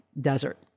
desert